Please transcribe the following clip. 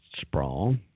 sprawl